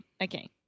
Okay